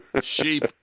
Sheep